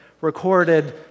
recorded